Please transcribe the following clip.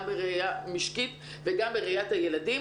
גם בראייה משקית וגם בראיית הילדים